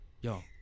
yo